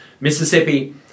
Mississippi